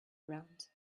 around